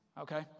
Okay